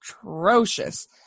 atrocious